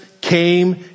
came